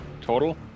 total